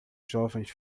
jovens